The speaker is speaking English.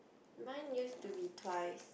mine used to be twice